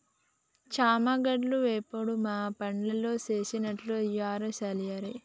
చామగడ్డల వేపుడు మా పెండ్లాం సేసినట్లు యారు సెయ్యలేరు